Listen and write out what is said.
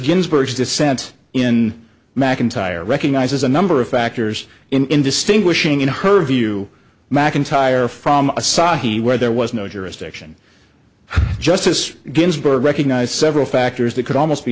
ginsburg's dissent in mcintyre recognizes a number of factors in distinguishing in her view mcintyre from asahi where there was no jurisdiction justice ginsburg recognized several factors that could almost be